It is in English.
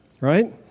right